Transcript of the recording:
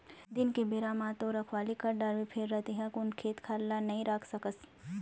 दिन के बेरा म तो रखवाली कर डारबे फेर रतिहा कुन खेत खार ल नइ राख सकस